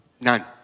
None